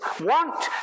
want